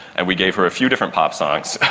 and we gave her a few different pop songs,